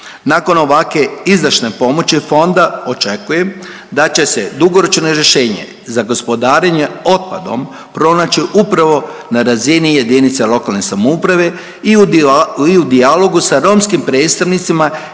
Nakon ovakve izdašne pomoći fonda očekujem da će se dugoročno rješenje za gospodarenje otpadom pronaći upravo na razini jedinice lokalne samouprave i u dijalogu sa romskim predstavnicima,